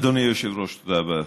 אדוני היושב-ראש, תודה רבה לך.